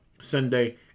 Sunday